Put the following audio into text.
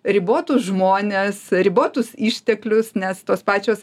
ribotus žmones ribotus išteklius nes tos pačios